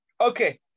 okay